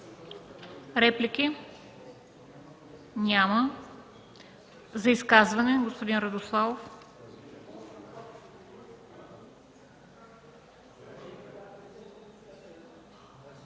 Реплики? Няма. За изказване – господин Радославов.